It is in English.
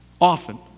often